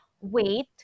weight